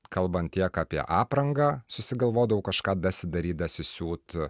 kalbant tiek apie aprangą susigalvodavau kažką dasidaryt dasisiūt